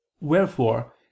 wherefore